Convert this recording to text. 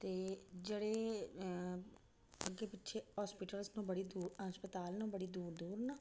ते जेह्ड़े अग्गें पिच्छे हास्पिटलस न बडी दूर हस्पताल न ओह् बड़ी दूर दूर न